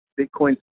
Bitcoin